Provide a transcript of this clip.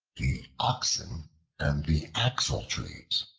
oxen and the axle-trees